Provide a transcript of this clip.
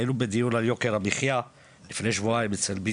היינו בדיון על יוקר המחיה לפני שבועיים אצל ביטן,